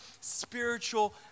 spiritual